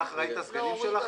כך ראית את הסגנים שלך,